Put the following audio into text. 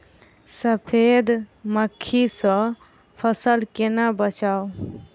सफेद मक्खी सँ फसल केना बचाऊ?